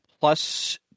plus